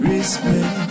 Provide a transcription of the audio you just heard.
Respect